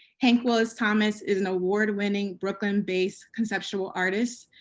hank willis thomas is an award-winning, brooklyn based conceptual artists,